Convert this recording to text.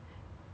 then 给你